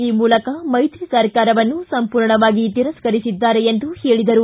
ಈ ಮೂಲಕ ಮ್ಕೆಶ್ರಿ ಸರ್ಕಾರವನ್ನು ಸಂಪೂರ್ಣವಾಗಿ ತಿರಸ್ಕರಿಸಿದ್ದಾರೆ ಎಂದು ಹೇಳಿದರು